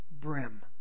brim